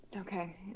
Okay